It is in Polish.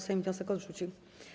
Sejm wniosek odrzucił.